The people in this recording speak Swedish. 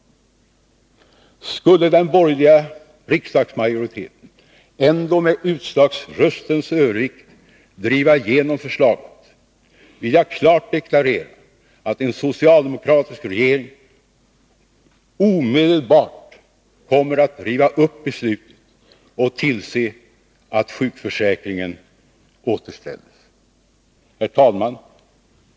Skulle den borgerliga riksdagsmajoriteten ändå med utslagsröstens övervikt driva igenom förslaget, vill jag klart deklarera att en socialdemokratisk regering omedelbart kommer att riva upp beslutet och tillse att sjukförsäkringen återställs. Herr talman!